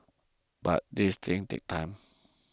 but these things take time